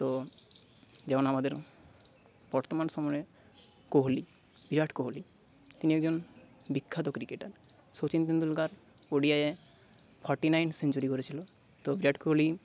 তো যেমন আমাদের বর্তমান সময়ে কোহলি বিরাট কোহলি তিনি একজন বিখ্যাত ক্রিকেটার সচিন তেন্ডুলকার ও ডি আইয়ে ফরটি নাইন সেঞ্চুরি করেছিল তো বিরাট কোহলি